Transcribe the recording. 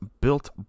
Built